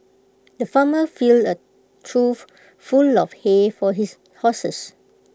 the farmer filled A trough full of hay for his horses